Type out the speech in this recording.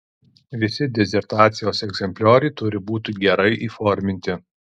visi disertacijos egzemplioriai turi būti gerai įforminti